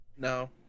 no